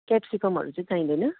क्यापसिकमहरू चाहिँ चाहिँदैन